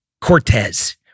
Cortez